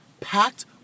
Packed